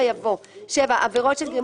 במקום פרט (7) יבוא: "(7)עבירות של גרימת